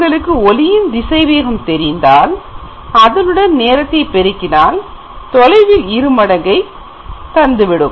உங்களுக்கு ஒளியின் திசைவேகம் தெரிந்தால் அதனுடன் நேரத்தை பெருக்கினால் அது தொலைவில் இரு மடங்கை தந்துவிடும்